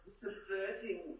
subverting